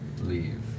leave